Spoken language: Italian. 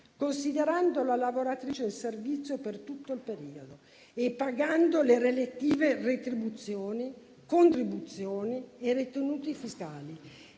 considerando la lavoratrice in servizio per tutto il periodo e pagando le relative retribuzioni, contribuzioni e ritenuti fiscali,